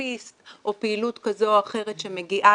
פיזיותרפיסט או פעילות כזו או אחרת שמגיעה